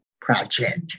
project